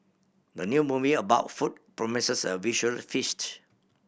the new movie about food promises a visual feast